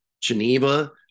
Geneva